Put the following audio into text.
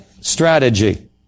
strategy